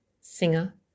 singer